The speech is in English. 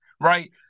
right